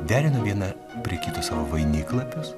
derino viena prie kito savo vainiklapius